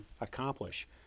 accomplish